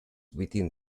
within